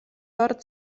tord